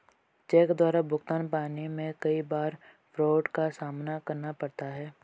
check द्वारा भुगतान पाने में कई बार फ्राड का सामना करना पड़ता है